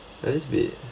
at least be